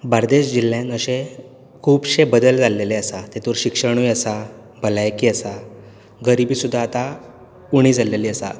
बार्देस जिल्ल्यांत अशे खुबशे बदल जाल्ले आसात तेतूर शिक्षणूय आसा भलायकी आसा गरिबी सुद्दां आतां उणी जाल्ली आसा